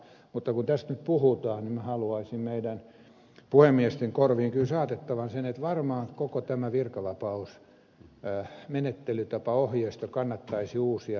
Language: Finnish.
mutta kun tästä nyt puhutaan niin haluaisin puhemiesten korviin kyllä saatettavan sen että varmaan koko tämä virkavapauksien menettelytapaohjeisto kannattaisi uusia